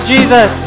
Jesus